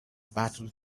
battles